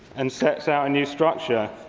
and sets out a new structure.